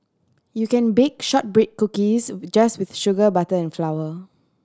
you can bake shortbread cookies just with sugar butter and flour